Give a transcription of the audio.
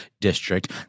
district